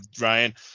Ryan